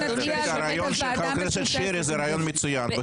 הרעיון של חבר הכנסת שירי הוא רעיון מצוין,